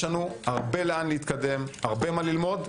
יש לנו הרבה לאן להתקדם, הרבה מה ללמוד.